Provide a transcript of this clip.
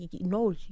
no